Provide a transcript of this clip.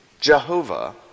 Jehovah